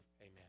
Amen